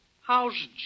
How's